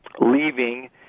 leaving